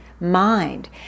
mind